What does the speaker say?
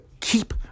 keep